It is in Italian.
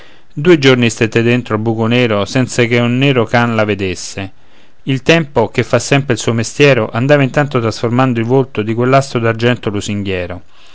due giorni stette dentro al buco nero senza che un nero cane la vedesse il tempo che fa sempre il suo mestiero andava intanto trasformando il volto di quell'astro d'argento lusinghiero